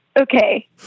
okay